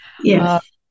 Yes